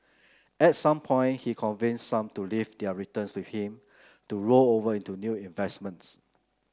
at some point he convinced some to leave their returns with him to roll over into new investments